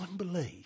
unbelief